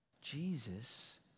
Jesus